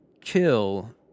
kill